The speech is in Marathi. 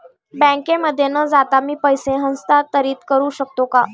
बँकेमध्ये न जाता मी पैसे हस्तांतरित करू शकतो का?